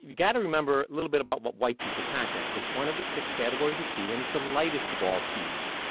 yeah to remember a little bit about white tea for context. it's one of the six categories of tea, and it's the lightest of all teas.